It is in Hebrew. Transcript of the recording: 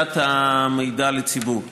הצגת המידע לציבור,